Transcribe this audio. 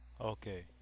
okay